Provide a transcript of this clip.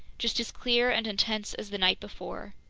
just as clear and intense as the night before.